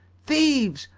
thieves!